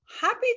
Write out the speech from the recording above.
happy